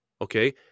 Okay